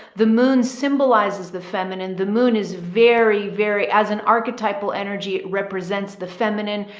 the moon symbolizes the feminine. the moon is very very, as an archetypal energy represents the feminine,